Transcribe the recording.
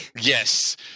yes